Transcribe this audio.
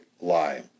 lie